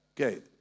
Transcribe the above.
Okay